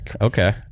Okay